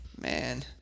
Man